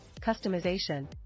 customization